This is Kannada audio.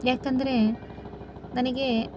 ಯಾಕಂದರೆ ನನಗೆ